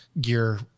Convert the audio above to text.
gear